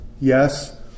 Yes